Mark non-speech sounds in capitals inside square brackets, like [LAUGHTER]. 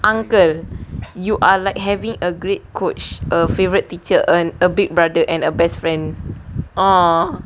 uncle you are like having a great coach a favourite teacher and a big brother and a best friend [NOISE]